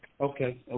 Okay